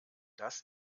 dies